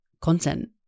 content